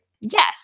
yes